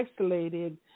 isolated